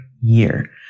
year